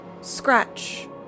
scratch